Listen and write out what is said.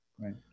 right